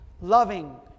loving